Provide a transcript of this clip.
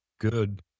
good